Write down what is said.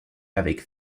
avec